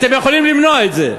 אתם יכולים למנוע את זה,